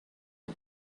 him